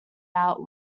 out